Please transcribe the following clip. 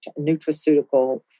nutraceutical